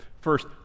First